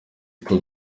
uko